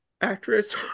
actress